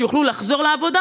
שיוכלו לחזור לעבודה,